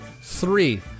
Three